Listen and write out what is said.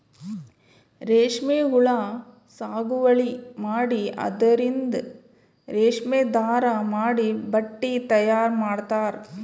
ರೇಶ್ಮಿ ಹುಳಾ ಸಾಗುವಳಿ ಮಾಡಿ ಅದರಿಂದ್ ರೇಶ್ಮಿ ದಾರಾ ಮಾಡಿ ಬಟ್ಟಿ ತಯಾರ್ ಮಾಡ್ತರ್